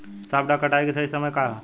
सॉफ्ट डॉ कटाई के सही समय का ह?